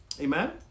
Amen